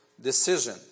decision